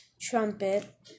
trumpet